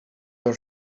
your